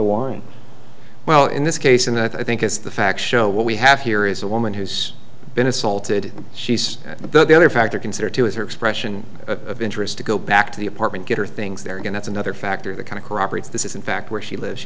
a one well in this case and i think it's the facts show what we have here is a woman who's been assaulted she's the only factor considered to as her expression of interest to go back to the apartment get her things there again as another factor that kind of corroborates this is in fact where she lives she